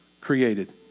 created